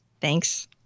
Thanks